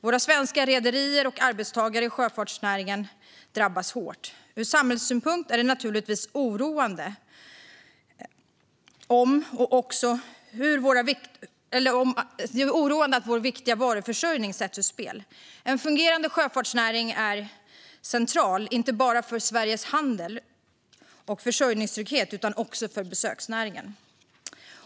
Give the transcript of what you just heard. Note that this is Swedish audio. Våra svenska rederier och arbetstagare i sjöfartsnäringen drabbas hårt. Ur samhällssynpunkt är det naturligtvis oroande att vår viktiga varuförsörjning sätts ur spel. En fungerande sjöfartsnäring är central inte bara för Sveriges handel och försörjningstrygghet utan också för besöksnäringen.